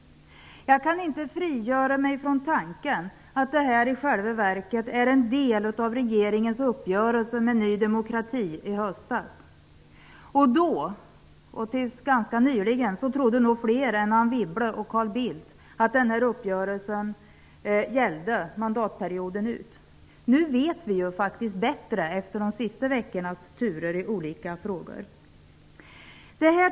Jag kan inte frigöra mig från tanken att detta i själva verket är en del av regeringens uppgörelse med Ny demokrati i höstas. Då och fram till ganska nyligen trodde nog fler än Anne Wibble och Carl Bildt att uppgörelsen skulle gälla mandatperioden ut. Nu, efter de senaste veckornas turer i olika frågor, vet vi bättre.